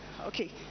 Okay